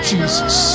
Jesus